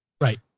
Right